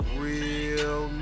real